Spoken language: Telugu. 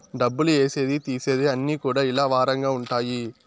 డబ్బులు ఏసేది తీసేది అన్ని కూడా ఇలా వారంగా ఉంటాయి